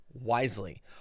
wisely